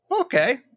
Okay